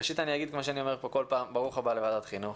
אני אגיד כמו שאני אומר פה כל פעם: ברוך הבא לוועדת החינוך